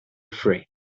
free